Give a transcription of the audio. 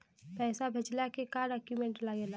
पैसा भेजला के का डॉक्यूमेंट लागेला?